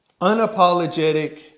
unapologetic